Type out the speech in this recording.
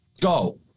go